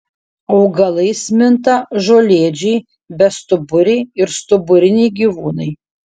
augalais minta žolėdžiai bestuburiai ir stuburiniai gyvūnai